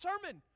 sermon